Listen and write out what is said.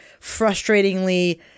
frustratingly